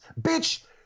bitch